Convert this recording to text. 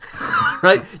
Right